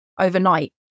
overnight